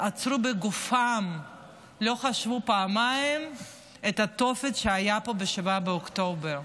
עצרו בגופם את התופת שהייתה פה ב-7 באוקטובר,